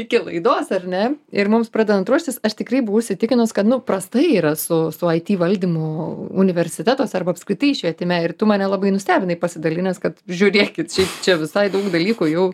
iki laidos ar ne ir mums pradedant ruoštis aš tikrai buvau įsitikinus kad nu prastai yra su su aiti valdymu universitetuose arba apskritai švietime ir tu mane labai nustebinai pasidalinęs kad žiūrėkit šiaip čia visai daug dalykų jau